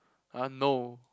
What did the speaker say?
ah no